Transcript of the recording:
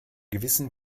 gewissen